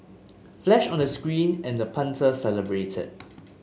flash on the screen and the punter celebrated